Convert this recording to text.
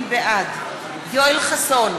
בעד יואל חסון,